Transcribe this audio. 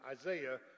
Isaiah